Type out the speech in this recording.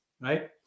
right